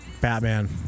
Batman